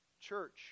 church